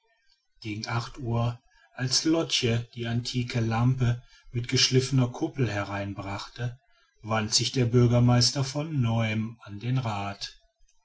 gegen acht uhr als lotch die antike lampe mit geschliffener kuppel herein gebracht hatte wandte sich der bürgermeister von neuem an den rath